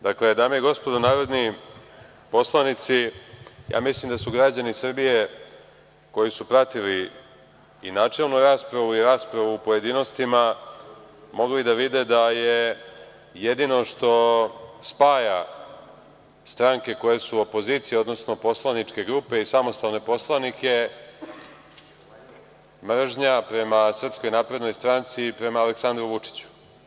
Dakle, dame i gospodo narodni poslanici, ja mislim da su građani Srbije koji su pratili i načelnu raspravu i raspravu u pojedinostima mogli da vide da je jedino što spaja stranke koje su opozicija, odnosno poslaničke grupe i samostalne poslanike, mržnja prema SNS i prema Aleksandru Vučiću.